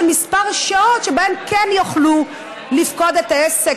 מספר שעות שבהן כן יוכלו לפקוד את העסק.